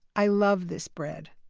i love this bread.